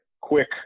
quick